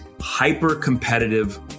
hyper-competitive